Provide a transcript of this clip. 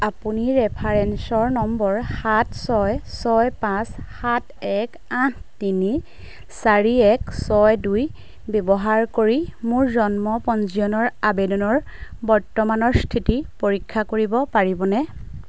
আপুনি reference number সাত ছয় ছয় পাঁচ সাত এক আঠ তিনি চাৰি এক ছয় দুই ব্যৱহাৰ কৰি মোৰ জন্ম পঞ্জীয়নৰ আবেদনৰ বৰ্তমানৰ স্থিতি পৰীক্ষা কৰিব পাৰিবনে